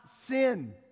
sin